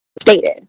stated